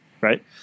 right